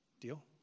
Deal